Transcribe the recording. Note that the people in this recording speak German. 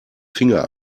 finger